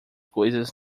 coisas